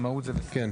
תבדקו.